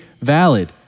valid